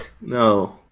No